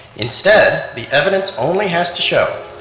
instead the evidence only has to show,